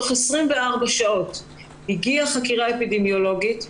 תוך 24 שעות הגיעה חקירה אפידמיולוגית,